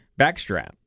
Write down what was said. backstrap